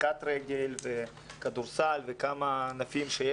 אני מדבר על קט-רגל, כדורסל וכמה ענפים.